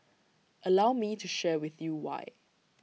allow me to share with you why